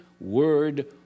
word